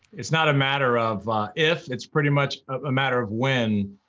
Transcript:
it's not a matter of if, it's pretty much a matter of when.